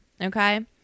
okay